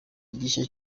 gishya